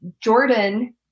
Jordan